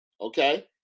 Okay